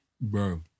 bro